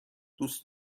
دوست